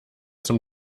zum